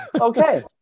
Okay